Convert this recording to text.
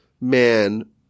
man